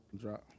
drop